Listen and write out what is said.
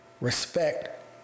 respect